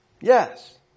Yes